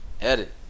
Edit